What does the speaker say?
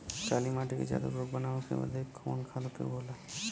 काली माटी के ज्यादा उर्वरक बनावे के बदे कवन खाद उपयोगी होला?